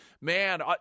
man